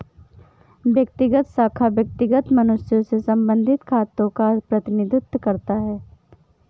व्यक्तिगत खाता व्यक्तिगत मनुष्यों से संबंधित खातों का प्रतिनिधित्व करता है